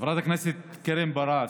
חברת הכנסת קרן ברק,